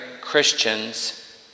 Christians